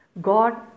God